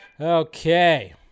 okay